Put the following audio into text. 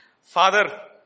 Father